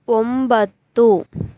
ಒಂಬತ್ತು